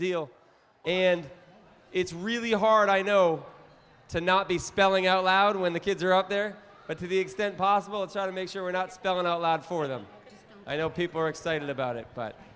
deal and it's really hard i know to not be spelling out loud when the kids are out there but to the extent possible and try to make sure we're not spelling out loud for them i know people are excited about it but